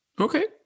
Okay